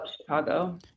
Chicago